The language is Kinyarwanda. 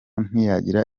ntiyagira